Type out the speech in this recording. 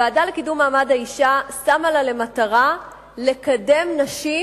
הוועדה לקידום מעמד האשה שמה לה למטרה לקדם נשים